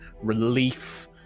Relief